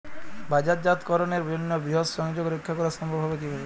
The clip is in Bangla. বাজারজাতকরণের জন্য বৃহৎ সংযোগ রক্ষা করা সম্ভব হবে কিভাবে?